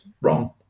wrong